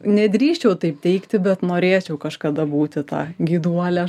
nedrįsčiau taip teigti bet norėčiau kažkada būti tą gyduole